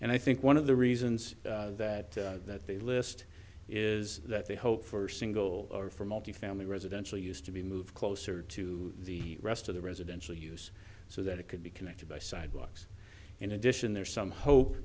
and i think one of the reasons that that they list is that they hope for single or for multifamily residential used to be moved closer to the rest of the residential use so that it could be connected by sidewalks in addition there's some hope